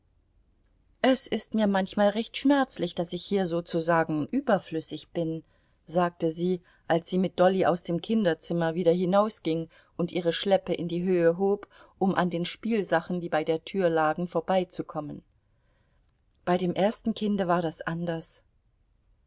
es ist mir manchmal recht schmerzlich daß ich hier sozusagen überflüssig bin sagte sie als sie mit dolly aus dem kinderzimmer wieder hinausging und ihre schleppe in die höhe hob um an den spielsachen die bei der tür lagen vorbeizukommen bei dem ersten kinde war das anders